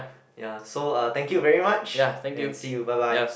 ya so thank you very much and see you bye bye